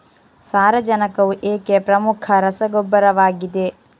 ಸಾರಜನಕವು ಏಕೆ ಪ್ರಮುಖ ರಸಗೊಬ್ಬರವಾಗಿದೆ?